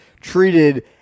treated